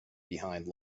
behind